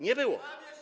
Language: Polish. Nie było.